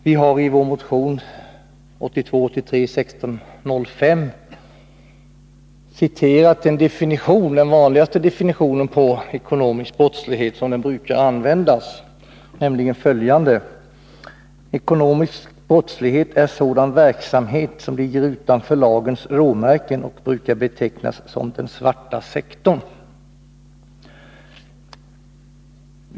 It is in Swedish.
Vi har i vår motion 1982/83:1605 citerat den vanligaste definitionen på ekonomisk brottslighet, nämligen följande: Ekonomisk brottslighet är sådan verksamhet som ligger utanför lagens råmärken och brukar betecknas som den svarta sektorn.